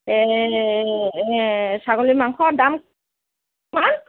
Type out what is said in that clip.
ছাগলী মাংস দাম কিমান